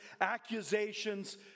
accusations